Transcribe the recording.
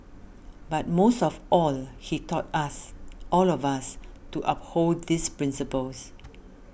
but most of all he taught us all of us to uphold these principles